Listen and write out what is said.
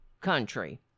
country